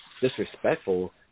disrespectful